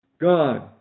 God